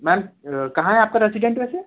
ma'am कहाँ है आपका रेसिडेन्ट वैसे